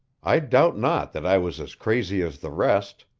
i doubt not that i was as crazy as the rest.